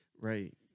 Right